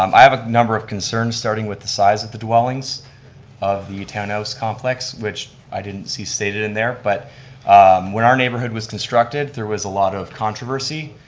um i have a number of concerns, starting with the size of the dwellings of the townhouse complex which i didn't see stated in there but when our neighborhood was constructed, there was a lot of controversy,